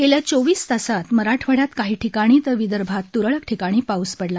गेल्या चोवीस तासात मराठवाड्यात काही ठिकाणी तर विदर्भात त्रळक ठिकाणी पाऊस पडला